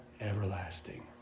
everlasting